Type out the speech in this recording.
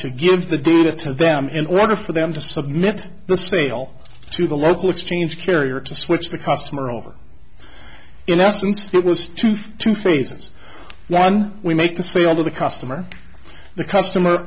to give the data to them in order for them to submit the sale to the local exchange carriers to switch the customer over in essence it was two two phases one we make the sale to the customer the customer